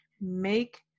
make